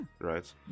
right